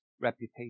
reputation